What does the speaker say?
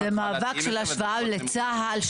לא, זה מאבק של השוואה לצה"ל.